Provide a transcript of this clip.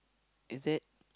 is it